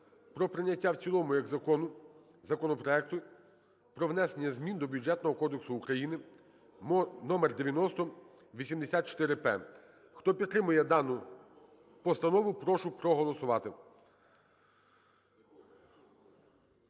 про прийняття в цілому як закону законопроекту "Про внесення змін до Бюджетного кодексу України" (номер 9084-П). Хто підтримує дану постанову, прошу проголосувати.